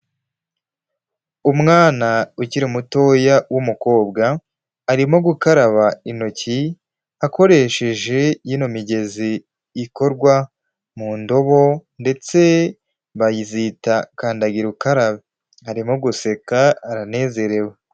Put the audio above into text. Umwana ukiri mutoya w'umukobwa arimo gukaraba intoki akoresheje yino migezi ikorwa mu ndobo ndetse bazita kandagira ukarabe. Arimo guseka, aranezerewe.